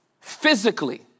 physically